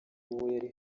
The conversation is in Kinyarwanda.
uri